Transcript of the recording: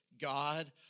God